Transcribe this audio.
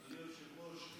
אדוני היושב-ראש,